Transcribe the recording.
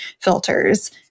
filters